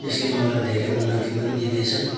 यसले मलाई धेरै उन्नति पनि दिँदैछन्